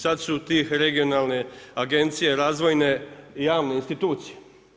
Sad su tih regionalne agencije razvojne javne institucije.